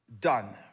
Done